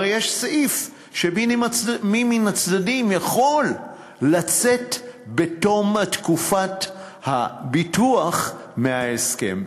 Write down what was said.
הרי יש סעיף שמי מן הצדדים יכול לצאת בתום תקופת הביטוח מההסכם.